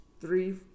three